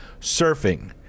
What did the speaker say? surfing